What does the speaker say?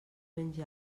mengi